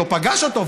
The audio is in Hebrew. או פגש אותו,